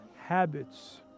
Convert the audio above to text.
habits